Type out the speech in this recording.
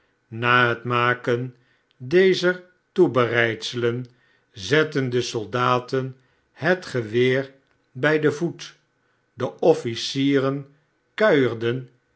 na het maken dezer toebereidsels zetten de soldaten het geweer bij den voet deofficieren kuierden